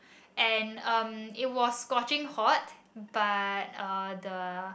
and um it was scorching hot but uh the